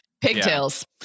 Pigtails